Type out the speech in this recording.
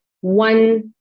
one